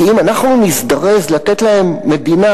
כי אם אנחנו נזדרז לתת להם מדינה,